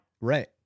right